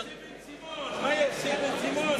מה יעשה בן-סימון?